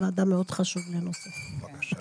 בבקשה.